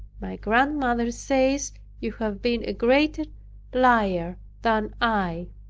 my grandmother says you have been a greater liar than i